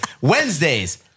Wednesdays